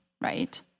right